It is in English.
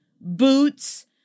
boots